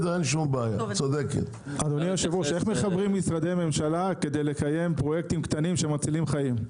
איך מחברים משרדי ממשלה כדי לקיים פרויקטים קטנים שמצילים חיים?